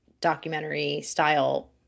documentary-style